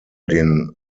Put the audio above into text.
den